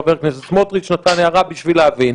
חבר הכנסת סמוטריץ' העיר בשביל להבין.